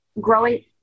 growing